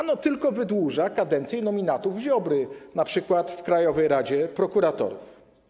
Ano tylko wydłuża kadencje nominatów Ziobry np. w Krajowej Radzie Prokuratorów.